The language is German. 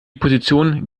position